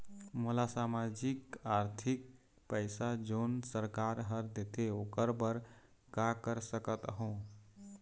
मोला सामाजिक आरथिक पैसा जोन सरकार हर देथे ओकर बर का कर सकत हो?